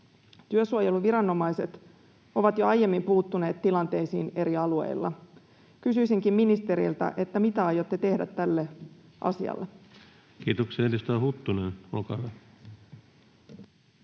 Työsuojeluviranomaiset ovat jo aiemmin puuttuneet tilanteisiin eri alueilla. Kysyisinkin ministeriltä: mitä aiotte tehdä tälle asialle? [Speech 137] Speaker: